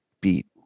beat